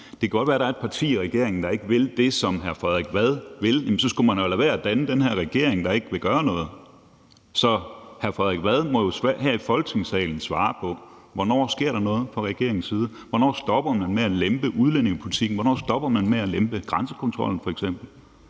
vi til at høre Moderaterne om senere – der ikke vil det, som hr. Frederik Vad vil, men så skulle man jo have ladet være med at danne den her regering, der ikke vil gøre noget. Så hr. Frederik Vad må jo her i Folketingssalen svare på: Hvornår sker der noget fra regeringens side? Hvornår stopper man med at lempe udlændingepolitikken? Hvornår stopper man med at lempe grænsekontrollen